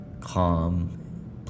calm